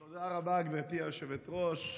תודה רבה, גברתי היושבת-ראש.